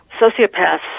Sociopaths